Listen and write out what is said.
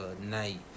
night